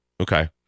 okay